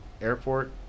airport